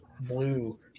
blue